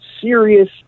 serious